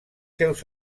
seus